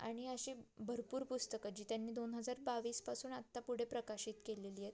आणि अशी भरपूर पुस्तकं जी त्यांनी दोन हजार बावीसपासून आत्ता पुढे प्रकाशित केलेली आहेत